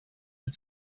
het